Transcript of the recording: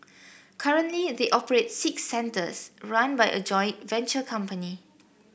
currently they operate six centres run by a joint venture company